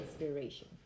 inspiration